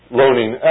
loaning